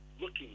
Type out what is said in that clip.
looking